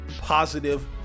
positive